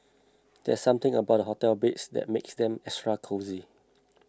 there's something about hotel beds that makes them extra cosy